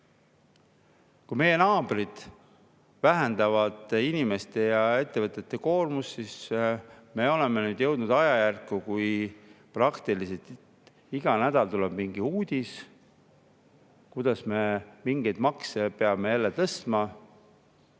Meie naabrid vähendavad inimeste ja ettevõtete koormust, aga meie oleme nüüd jõudnud ajajärku, kus praktiliselt iga nädal tuleb mingi uudis, kuidas me peame jälle mingeid